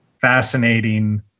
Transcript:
fascinating